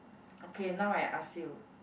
okay now I ask you